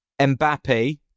Mbappe